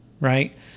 right